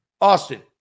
Austin